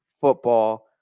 football